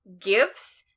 gifts